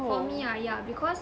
for me ah yeah because